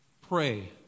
Pray